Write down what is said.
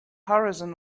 horizon